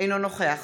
אינו נוכח